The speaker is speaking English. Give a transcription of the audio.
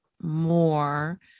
more